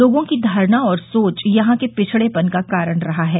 लोगों की धारणा और सोच यहां के पिछड़ेपन का कारण रहा है